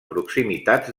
proximitats